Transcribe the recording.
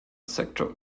sector